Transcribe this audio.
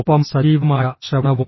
ഒപ്പം സജീവമായ ശ്രവണവും